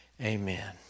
Amen